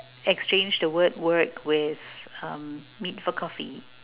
exchange the word work with uh meet for coffee